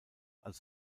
als